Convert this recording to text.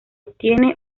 tiene